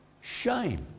shame